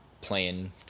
playing